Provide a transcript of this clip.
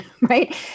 right